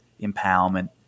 empowerment